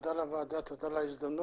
תודה לוועדה, תודה על ההזדמנות.